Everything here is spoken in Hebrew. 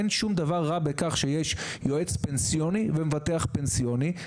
אין שום דבר רע בכך שיש יועץ פנסיוני ומבטח פנסיוני.